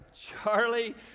Charlie